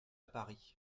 paris